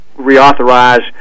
reauthorize